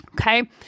Okay